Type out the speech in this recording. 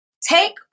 Take